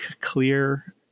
Clear